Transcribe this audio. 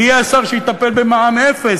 מי יהיה השר שיטפל במע"מ אפס,